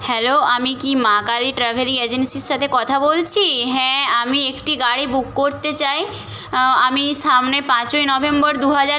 hello আমি কি Ma Kali travelling এজেন্সির সাথে কথা বলছি হ্যাঁ আমি একটি গাড়ি বুক করতে চাই আমি সামনে পাঁচই নভেম্বর দু হাজার